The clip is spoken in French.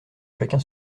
chacun